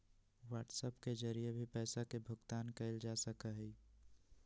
WhatsApp के जरिए भी पैसा के भुगतान कइल जा सका हई